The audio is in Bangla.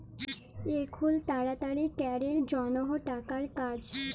এখুল তাড়াতাড়ি ক্যরের জনহ টাকার কাজ